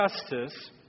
justice